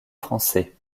français